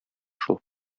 шул